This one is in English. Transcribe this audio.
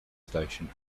station